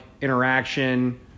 interaction